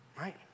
right